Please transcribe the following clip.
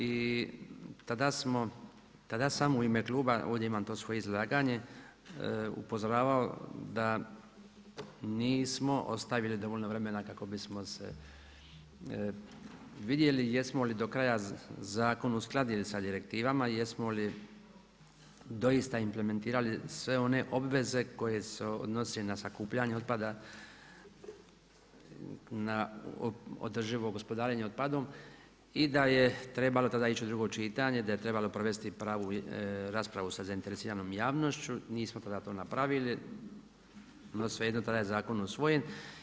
I tada sam u ime kluba, ovdje imam to svoje izlaganje upozoravao da nismo ostavili dovoljno vremena kako bismo vidjeli jesmo li do kraja zakon uskladili sa direktivama, jesmo li doista implementirali sve one obveze koje se odnose na sakupljanje otpada, na održivo gospodarenje otpadom i da je trebalo tada ići u drugo čitanje, da je trebao provesti pravu raspravu sa zainteresiranom javnošću, nismo tada to napravili no svejedno tada je zakon usvojen.